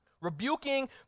Rebuking